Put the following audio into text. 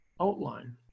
outline